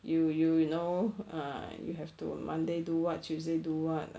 you you you know err you have to on monday do what tuesday do what